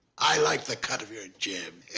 i like the cut of your jib.